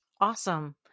Awesome